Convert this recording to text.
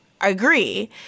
agree